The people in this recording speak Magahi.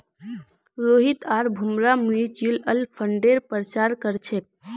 रोहित आर भूमरा म्यूच्यूअल फंडेर प्रचार कर छेक